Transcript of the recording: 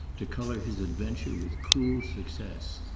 to colour his adventure with cool success.